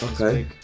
Okay